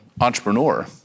entrepreneur